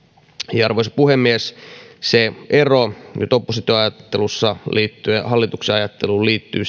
arvoisa puhemies ero opposition ajattelussa verrattuna hallituksen ajatteluun liittyy